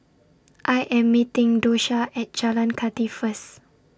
I Am meeting Dosha At Jalan Kathi First